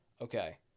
okay